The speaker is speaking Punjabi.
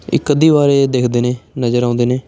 ਇੱਕ ਅੱਧੀ ਵਾਰ ਇਹ ਦੇਖਦੇ ਨੇ ਨਜ਼ਰ ਆਉਂਦੇ ਨੇ